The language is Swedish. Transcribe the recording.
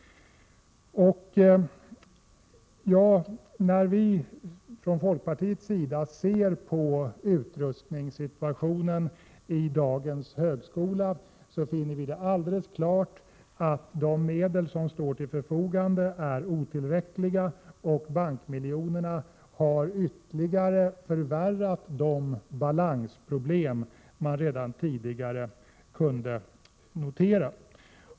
När vi från folkpartiets sida ser på utrustningssituationen i dagens högskola, finner vi att det är helt klart att de medel som står till förfogande är otillräckliga. Bankmiljonerna har ytterligare förvärrat de balansproblem som redan tidigare kunde noteras.